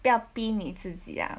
不要逼你自己啊